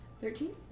Thirteen